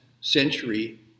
century